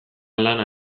lana